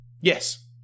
Yes